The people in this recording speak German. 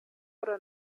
oder